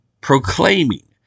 proclaiming